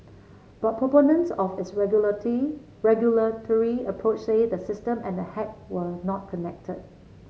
but proponents of its regulate regulatory approach say the system and the hack were not connected